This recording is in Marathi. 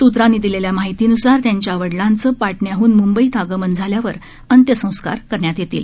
सुत्रांनी दिलेल्या माहितीनुसार त्यांच्या वडिलांचं पाटण्याहन मुंबईत आगमन झाल्यावर अंत्यसंस्कार करण्यात येतील